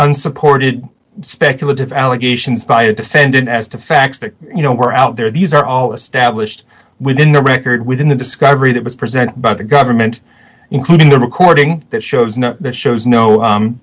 unsupported speculative allegations by a defendant as to facts that you know were out there these are all established within the record within the discovery that was presented by the government including the recording that shows not that shows no